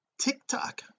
tiktok